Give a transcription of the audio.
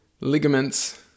ligaments